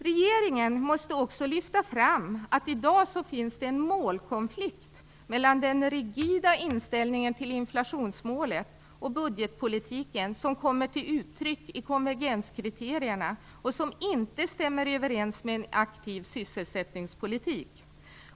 Regeringen måste också lyfta fram att det i dag finns en målkonflikt mellan den rigida inställningen till inflationsmålet och budgetpolitiken som kommer till uttryck i konvergenskriterierna och som inte stämmer med en aktiv sysselsättningspolitik.